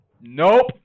Nope